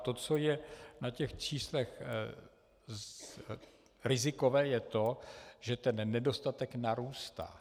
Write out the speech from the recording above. Ale to, co je na těch číslech rizikové, je to, že ten nedostatek narůstá.